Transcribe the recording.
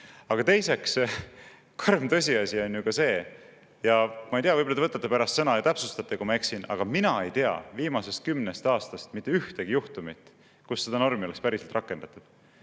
Aga teiseks, karm tõsiasi on ju ka see – ma ei tea, võib-olla te võtate pärast sõna ja täpsustate, kui ma eksin –, et mina ei tea viimasest kümnest aastast mitte ühtegi juhtumit, kus seda normi oleks päriselt rakendatud,